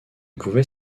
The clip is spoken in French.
pouvait